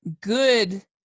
good